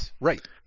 right